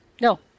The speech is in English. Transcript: No